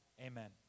amen